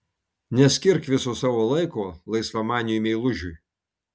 neskirk viso savo laiko laisvamaniui meilužiui